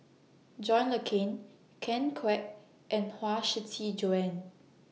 John Le Cain Ken Kwek and Huang Shiqi Joan